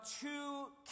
two